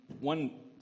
one